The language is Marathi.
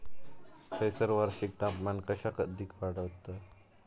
खैयसर वार्षिक तापमान कक्षा अधिक आढळता?